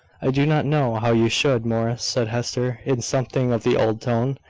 i do not know how you should, morris, said hester, in something of the old tone,